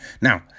Now